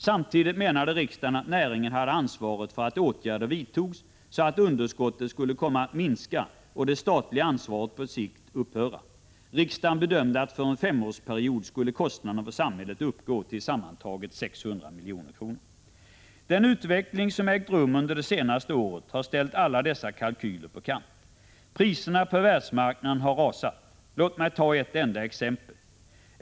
Samtidigt menade riksdagen att näringen hade ett ansvar för att åtgärder vidtogs, så att underskottet skulle komma att minska och det statliga ansvaret på sikt skulle upphöra. Riksdagen bedömde att för en femårsperiod skulle kostnaden för samhället uppgå till sammantaget 600 milj.kr. Den utveckling som ägt rum under det senaste året har så att säga ställt alla dessa kalkyler på kant. Priserna på världsmarknaden har rasat. Låt mig ta ett enda exempel.